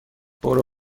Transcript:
برو